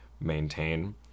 maintain